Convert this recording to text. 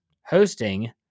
hosting